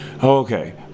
Okay